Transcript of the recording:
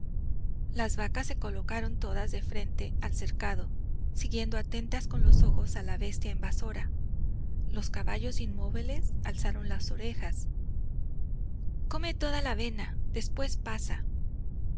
las vacas se colocaron todas de frente al cercado siguiendo atentas con los ojos a la bestia invasora los caballos inmóviles alzaron las orejas come toda avena después pasa